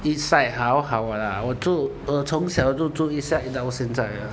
east side 好好啦我住我从小就住 east side 到现在